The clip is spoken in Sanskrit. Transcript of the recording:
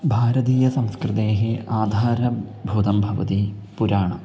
भारतीयसंस्कृतेः आधारभूतं भवति पुराणं